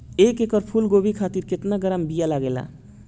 एक एकड़ फूल गोभी खातिर केतना ग्राम बीया लागेला?